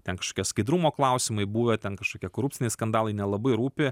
ten kažkokie skaidrumo klausimai buvę ten kažkokie korupciniai skandalai nelabai rūpi